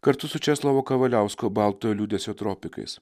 kartu su česlovo kavaliausko baltojo liūdesio tropikais